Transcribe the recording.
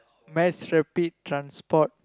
mass rapid transport